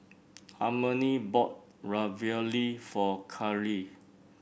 Harmony bought Ravioli for Caryl